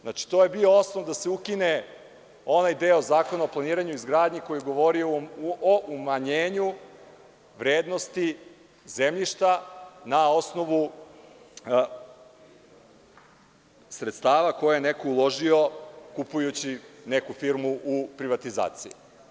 Znači, to je bio osnov da se ukine onaj deo Zakon o planiranju i izgradnji koji je govorio o umanjenju vrednosti zemljišta na osnovu sredstava koje je neko uložio kupujući neku firmu u privatizaciji.